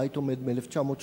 הבית עומד מ-1936,